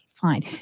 fine